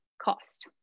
cost